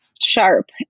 sharp